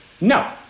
No